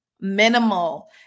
minimal